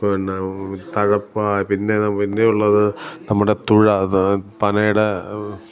പിന്നെ തഴപ്പ പിന്നെ പിന്നെ ഉള്ളത് നമ്മുടെ തുഴ പനയുടെ